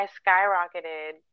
skyrocketed